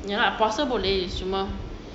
ya lah puasa boleh cuma